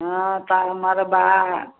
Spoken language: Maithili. हँ तब मरबा